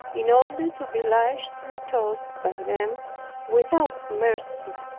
in order to be lashed and tossed by them without mercy.